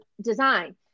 design